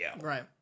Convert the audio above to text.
Right